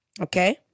Okay